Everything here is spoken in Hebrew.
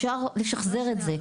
אפשר לשחזר את זה,